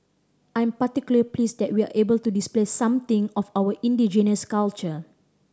I'm particular pleased that we're able to display something of our indigenous culture